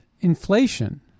inflation